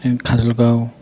काज'लगाव